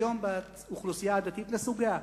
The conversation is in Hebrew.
היום באוכלוסייה הדתית לסוגיה,